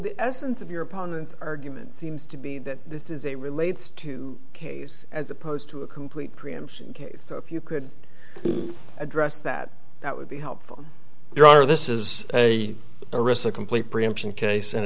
the essence of your opponent's argument seems to be that this is a relates to case as opposed to a complete preemption case so if you could address that that would be helpful your honor this is a arista complete preemption case and